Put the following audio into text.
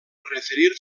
referir